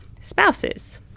spouses